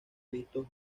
vistos